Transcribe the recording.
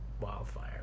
wildfire